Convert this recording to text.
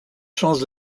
chance